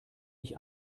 ich